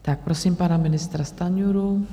Tak prosím pana ministra Stanjuru.